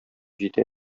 җитә